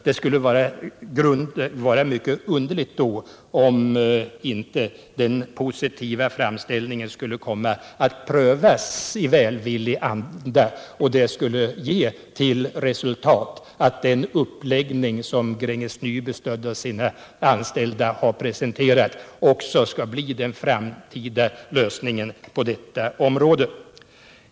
Det skulle vara mycket underligt då, om inte framställningen skulle komma att prövas i välvillig anda och ge till resultat att den uppläggning som Gränges Nyby med stöd av sina anställda har presenterat också blir den framtida lösningen på detta område.